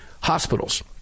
Hospitals